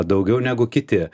daugiau negu kiti